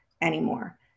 anymore